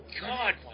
God